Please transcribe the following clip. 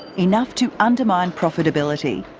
enough to undermine profitability.